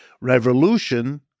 Revolution